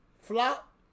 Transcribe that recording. flop